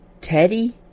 Teddy